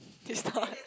his turn